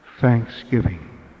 thanksgiving